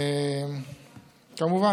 כמובן,